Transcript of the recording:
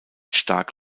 stark